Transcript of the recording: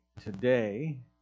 today